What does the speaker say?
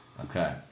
Okay